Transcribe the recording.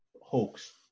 hoax